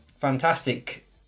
fantastic